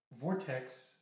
vortex